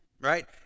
Right